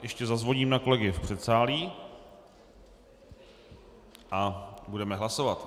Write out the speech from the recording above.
Ještě zazvoním na kolegy v předsálí a budeme hlasovat.